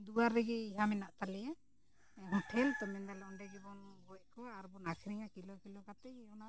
ᱫᱩᱣᱟᱨᱮᱜᱮ ᱤᱭᱟᱹ ᱢᱮᱱᱟᱜ ᱛᱟᱞᱮᱭᱟ ᱦᱳᱴᱮᱞ ᱛᱚ ᱢᱮᱱ ᱫᱟᱞᱮ ᱚᱸᱰᱮ ᱜᱮᱵᱚᱱ ᱜᱚᱡ ᱠᱚᱣᱟ ᱟᱨᱵᱚᱱ ᱟᱹᱠᱷᱨᱤᱧᱟ ᱠᱤᱞᱳ ᱠᱤᱞᱳ ᱠᱟᱛᱮᱜᱮ ᱚᱱᱟ